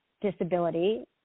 disability